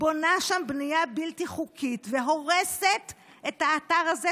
בונה שם בנייה בלתי חוקית והורסת את האתר הזה,